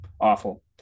Awful